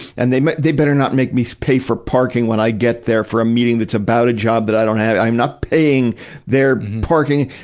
and they, they better not make me pay for parking when i get there for a meeting that's about a job that i don't have i am not paying their parking.